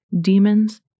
demons